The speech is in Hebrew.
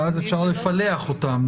ואז אפשר לפלח אותם,